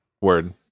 Word